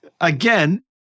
again